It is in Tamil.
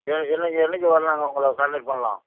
என்னைக்கு என்னைக்கு வர்லாங்க உங்களை கான்டக்ட் பண்ணலாம்